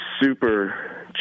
super